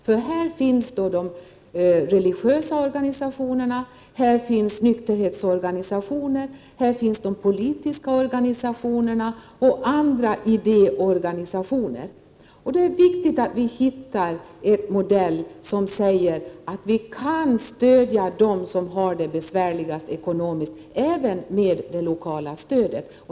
Det gäller de religiösa organisationerna, nykterhetsorganisationerna, de politiska organisationerna och andra idéorganisationer. Det är viktigt att vi hittar en modell som gör att vi kan stödja dem som har det besvärligast, även med det lokala stödet.